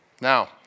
Now